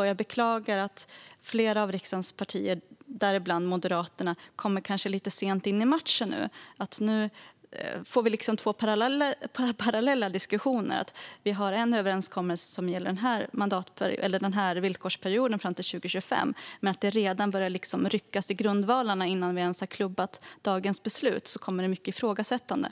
Jag beklagar att flera av riksdagens partier, däribland Moderaterna, kommer lite sent in i matchen. Nu får vi två parallella diskussioner. Vi har en överenskommelse som gäller denna villkorsperiod, fram till 2025, men det börjar redan ryckas i grundvalarna. Innan vi ens har klubbat dagens beslut kommer det mycket ifrågasättande.